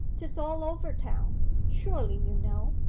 tis all over town surely you know,